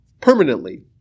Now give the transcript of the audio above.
permanently